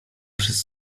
przez